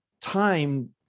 time